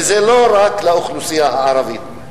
וזה לא רק לאוכלוסייה הערבית,